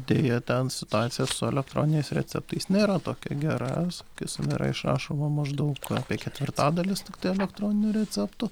deja ten situacija su elektroniniais receptais nėra tokia gera sakysim yra išrašoma maždaug apie ketvirtadalis tiktai elektroninių receptų